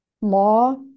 Law